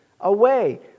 away